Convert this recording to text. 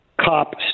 cop